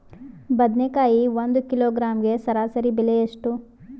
ಬದನೆಕಾಯಿ ಒಂದು ಕಿಲೋಗ್ರಾಂ ಸರಾಸರಿ ಬೆಲೆ ಎಷ್ಟು?